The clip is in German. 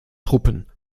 truppen